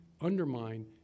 undermine